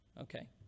Okay